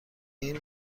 این